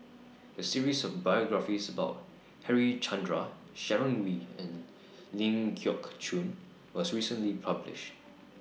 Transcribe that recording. A series of biographies about Harichandra Sharon Wee and Ling Geok Choon was recently published